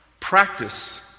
Practice